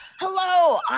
Hello